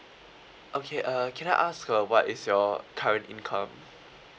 okay uh can I ask uh what is your current income